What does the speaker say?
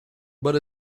but